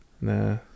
Nah